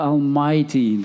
Almighty